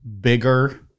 bigger